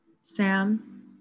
Sam